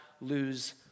lose